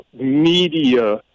media